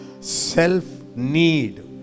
self-need